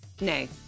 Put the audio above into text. Nay